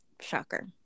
Shocker